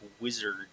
wizard